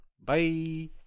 Bye